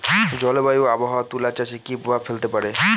জলবায়ু ও আবহাওয়া তুলা চাষে কি প্রভাব ফেলতে পারে?